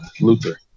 Luther